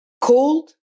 cold